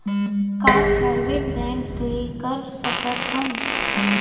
का private bank ले कर सकत हन?